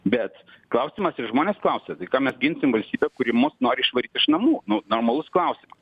bet klausimas ir žmonės klausia tai kam mes ginsim valstybę kuri mus nori išvaryt iš namų nu normalus klausimas